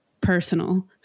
personal